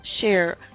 share